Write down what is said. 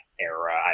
era